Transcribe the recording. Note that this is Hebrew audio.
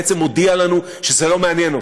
בעצם הוא הודיע לנו שזה לא מעניין אותו,